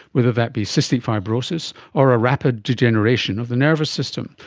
whether that be cystic fibrosis or a rapid degeneration of the nervous system,